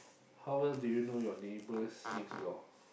how well do you know your neighbors next door